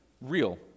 real